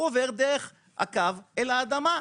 הוא עובד דרך הקו אל האדמה,